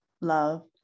love